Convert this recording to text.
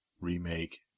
remake